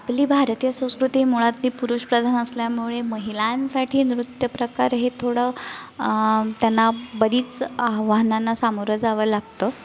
आपली भारतीय संस्कृती मुळातली पुरुषप्रधान असल्यामुळे महिलांसाठी नृत्यप्रकार हे थोडं त्यांना बरीच आव्हानांना सामोरं जावं लागतं